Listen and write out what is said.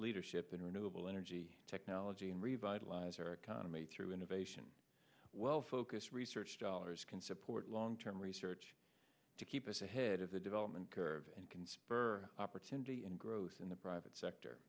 leadership in renewable energy technology and revitalize our economy through innovation well focused research dollars can support long term research to keep us ahead of the development curve and can spur opportunity and growth in the private sector